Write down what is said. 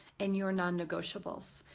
and your non-negotiables.